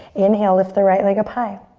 inhale, lift the right leg up high.